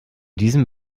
diesem